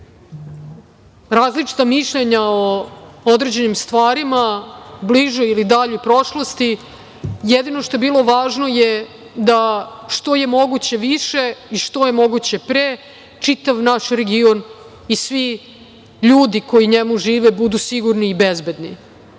različita mišljenja o određenim stvarima, bližoj ili daljoj prošlosti. Jedino što je bilo važno je da što je moguće više i što je moguće pre čitav naš region i svi ljudi koji u njemu žive budu sigurni i bezbedni.